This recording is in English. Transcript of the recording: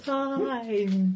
time